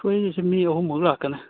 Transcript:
ꯃꯤ ꯑꯍꯨꯝꯃꯨꯛ ꯂꯥꯛꯀꯅꯤ